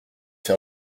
fait